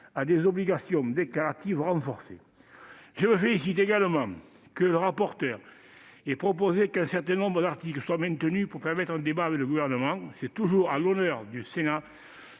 à des obligations déclaratives renforcées. Je me félicite également que le rapporteur ait proposé qu'un certain nombre d'articles soient maintenus pour permettre un débat avec le Gouvernement. C'est toujours à l'honneur du Sénat